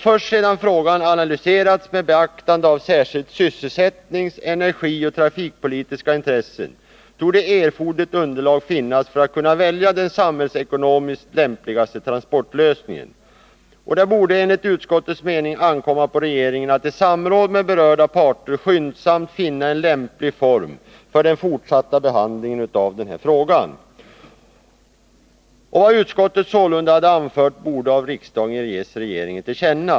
Först sedan frågan analyserats med beaktande av särskilt sysselsättningsintressen, energiintressen och trafikpolitiska intressen torde man, ansåg utskottet, ha erforderligt underlag för att kunna välja den samhällsekonomiskt lämpligaste transportlösningen. Det borde enligt utskottets mening ankomma på regeringen att i samråd med berörda parter skyndsamt finna en lämplig form för den fortsatta behandlingen av frågan. Vad utskottet sålunda hade anfört borde av riksdagen ges regeringen till känna.